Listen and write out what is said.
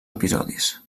episodis